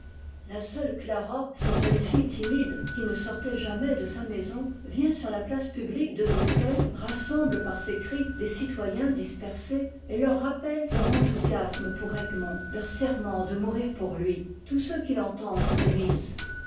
la seule clara cette jeune fille timide qui ne sortait jamais de sa maison vient sur la place publique de bruxelles rassemble par ses cris les citoyens dispersés et leur rappelle leur enthousiasme pour egmont leur serment de mourir pour lui tous ceux qui l'entendent frémissent